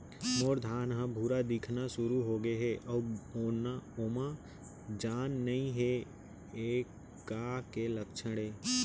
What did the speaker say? मोर धान ह भूरा दिखना शुरू होगे हे अऊ ओमा जान नही हे ये का के लक्षण ये?